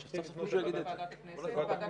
אנחנו צריכים לפנות לוועדת הכנסת.